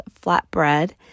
flatbread